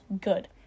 good